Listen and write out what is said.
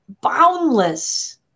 boundless